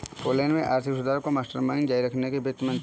Poland के आर्थिक सुधार का मास्टरमाइंड जारी रखेंगे वित्त मंत्री